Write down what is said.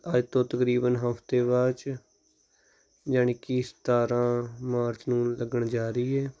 ਅੱਜ ਤੋਂ ਤਕਰੀਬਨ ਹਫ਼ਤੇ ਬਾਅਦ 'ਚ ਯਾਨੀ ਕਿ ਸਤਾਰਾਂ ਮਾਰਚ ਨੂੰ ਲੱਗਣ ਜਾ ਰਹੀ ਹੈ